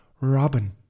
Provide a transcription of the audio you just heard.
Robin